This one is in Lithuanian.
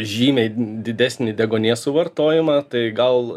žymiai didesnį deguonies suvartojimą tai gal